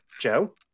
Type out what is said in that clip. Joe